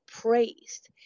praised